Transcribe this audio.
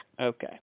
Okay